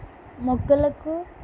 మొక్కలకు